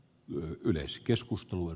arvoisa puhemies